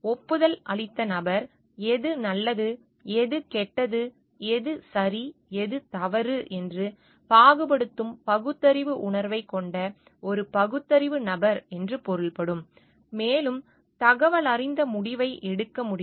ஒப்புதல் அளித்த நபர் எது நல்லது எது கெட்டது எது சரி எது தவறு என்று பாகுபடுத்தும் பகுத்தறிவு உணர்வைக் கொண்ட ஒரு பகுத்தறிவு நபர் என்று பொருள்படும் மேலும் தகவலறிந்த முடிவை எடுக்க முடியும்